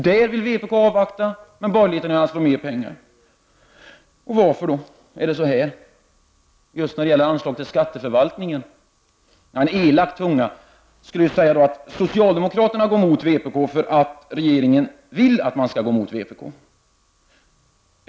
Där vill vpk avvakta, men borgerligheten vill anslå mer pengar. Varför är det då så när det gäller anslag till skatteförvaltningen? Ja, en elak tunga skulle säga att socialdemokraterna går emot vpk för att regeringen vill att man skall göra det.